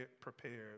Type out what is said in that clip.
prepared